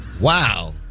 Wow